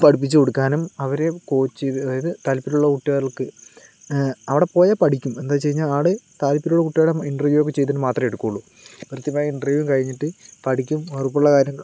പഠിപ്പിച്ചു കൊടുക്കാനും അവരെ കോച്ച് ചെയ്ത് അതായത് താല്പര്യമുള്ള കുട്ടികൾക്ക് അവിടെ പോയാൽ പഠിക്കും എന്താന്ന് വെച്ചാൽ അവിടെ താല്പര്യമുള്ള കുട്ടികളെ ഇൻ്റർവ്യൂ ഒക്കെ ചെയ്തിട്ട് മാത്രമേ എടുക്കുള്ളൂ കൃത്യമായി ഇൻ്റർവ്യൂ കഴിഞ്ഞിട്ട് പഠിക്കും ഉറപ്പുള്ള